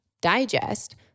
digest